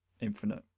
infinite